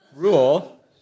Rule